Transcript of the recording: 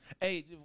Hey